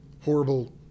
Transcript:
horrible